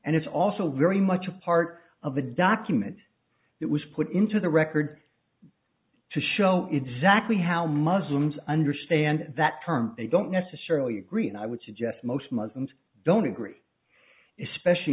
and it's also very much a part of the document that was put into the record to show exactly how muslims understand that term they don't necessarily agree and i would suggest most muslims don't agree especially